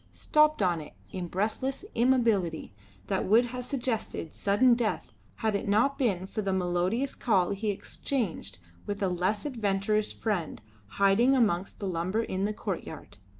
stopped on it in breathless immobility that would have suggested sudden death had it not been for the melodious call he exchanged with a less adventurous friend hiding amongst the lumber in the courtyard.